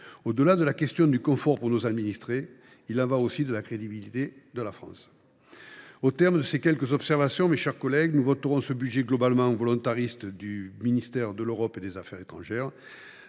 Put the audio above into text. hausse. Il y va du confort de nos administrés, mais aussi de la crédibilité de la France. Au bénéfice de ces observations, mes chers collègues, nous voterons ce budget globalement volontariste du ministère de l’Europe et des affaires étrangères.